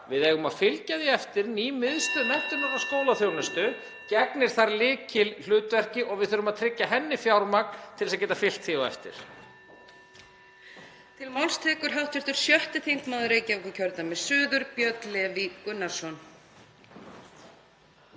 Við eigum að fylgja því eftir. (Forseti hringir.) Ný Miðstöð menntunar og skólaþjónustu gegnir þar lykilhlutverki og við þurfum að tryggja henni fjármagn til þess að geta fylgt því eftir.